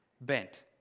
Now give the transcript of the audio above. bent